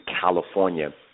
California